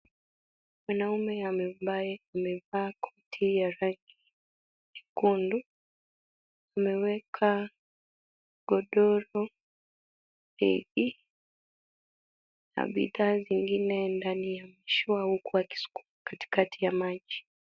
Mwanaume ambaye amevaa koti ya rangi nyekundu. Ameweka godoro hili na bidhaa zingine ndani ya mushua huku akisukuma katikati ya maji.